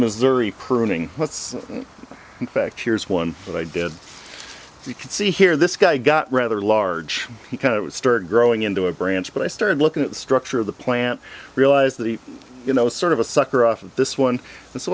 missouri pruning what's in fact here's one that i did you can see here this guy got rather large he kind of started growing into a branch but i started looking at the structure of the plant realize that you know sort of a sucker off of this one